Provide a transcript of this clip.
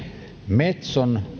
metson